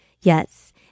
Yes